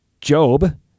Job